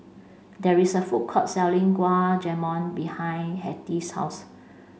there is a food court selling Gulab Jamun behind Hetty's house